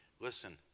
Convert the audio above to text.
Listen